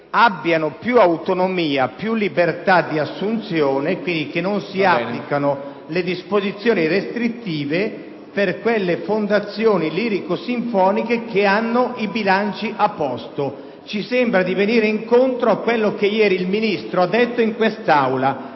abbiano più autonomia e più libertà di assunzione e dunque non si applichino le disposizioni restrittive per quelle fondazioni lirico-sinfoniche che hanno i bilanci a posto. Ci sembra di venire incontro a quanto ieri il ministro Bondi ha affermato in quest'Aula.